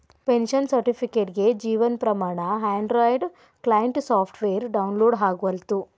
pension ಸರ್ಟಿಫಿಕೇಟ್ಗೆ Jeevan Pramaan android client software download ಆಗವಲ್ತು